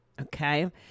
Okay